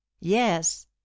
yes